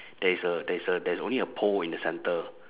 there is a there is a there is only a pole in the centre